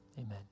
amen